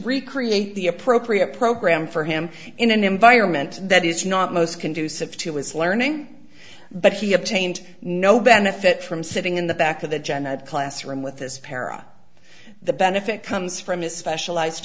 recreate the appropriate program for him in an environment that is not most conducive to his learning but he obtained no benefit from sitting in the back of the janet class room with his para the benefit comes from his specialized